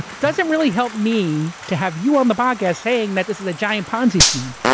doesn't really help me to have you on the podcast saying that this is a giant ponzi scheme.